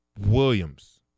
Williams